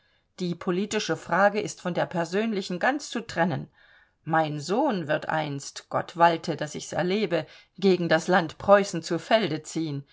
die politische frage ist von der persönlichen ganz zu trennen mein sohn wird einst gott walte daß ich's erlebe gegen das land preußen zu felde ziehen